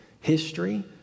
history